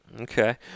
okay